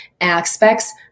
aspects